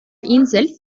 insel